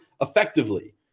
effectively